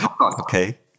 Okay